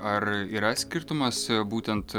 ar yra skirtumas būtent